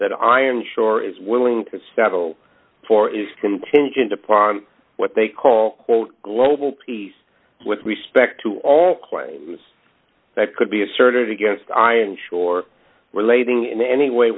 that i am sure is willing to settle for is contingent upon what they call quote global peace with respect to all claims that could be asserted against i am sure relating in any way